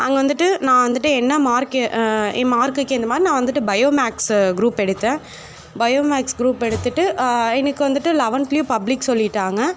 அங்கே வந்துட்டு நான் வந்துட்டு என்ன மார்க் என் மார்க்குக்கு ஏற்றமாரி நான் வந்துட்டு பயோ மேக்ஸ் க்ரூப் எடுத்தேன் பயோ மேக்ஸ் க்ரூப் எடுத்துகிட்டு எனக்கு வந்துட்டு லவன்த்துலேயும் பப்ளிக் சொல்லிட்டாங்க